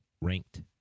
ranked